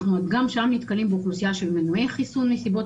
אנחנו גם שם נתקלים אוכלוסייה של מנועי חיסון מסיבות